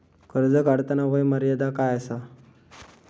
कर्ज काढताना वय मर्यादा काय आसा?